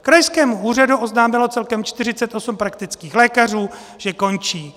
Krajskému úřadu oznámilo celkem 48 praktických lékařů, že končí.